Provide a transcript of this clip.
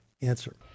answer